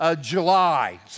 July